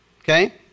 Okay